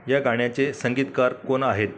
या गाण्याचे संगीतकार कोण आहेत